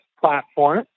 platform